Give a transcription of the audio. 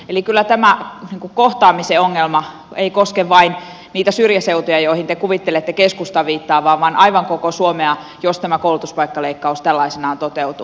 eli kyllä tämä kohtaamisen ongelma ei koske vain niitä syrjäseutuja joihin te kuvittelette keskustan viittaavan vaan aivan koko suomea jos tämä koulutuspaikkaleikkaus tällaisenaan toteutuu